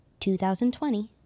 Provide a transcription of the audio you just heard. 2020